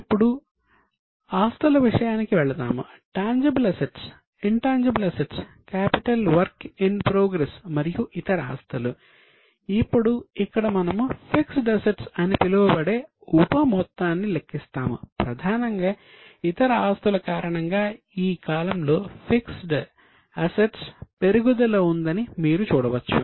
ఇప్పుడు ఆస్తుల పెరుగుదల ఉందని మీరు చూడవచ్చు